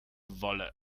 wolle